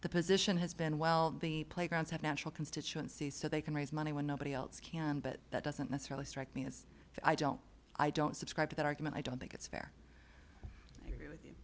the position has been well playgrounds have natural constituency so they can raise money when nobody else can but that doesn't necessarily strike me as i don't i don't subscribe to that argument i don't think it's fair to deal with